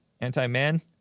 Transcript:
anti-man